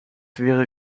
wäre